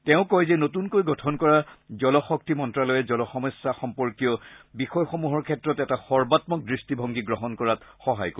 তেওঁ কয় যে নতুনকৈ গঠন কৰা জলশক্তি মন্ত্ৰালয়ে জল সমস্যা সম্পৰ্কীয় বিষয়সমূহৰ ক্ষেত্ৰত এটা সৰ্বামক দৃষ্টিভংগী গ্ৰহণ কৰাত সহায় কৰিব